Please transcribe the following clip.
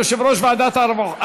יושב-ראש ועדת העבודה,